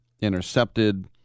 intercepted